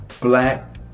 black